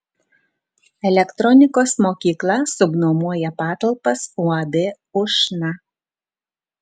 elektronikos mokykla subnuomoja patalpas uab ušna